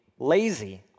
Lazy